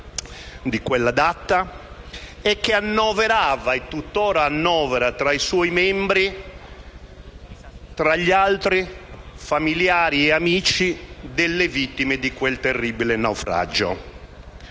di quella data, che annoverava e tuttora annovera tra i suoi membri, tra gli altri, familiari e amici delle vittime di quel terribile naufragio.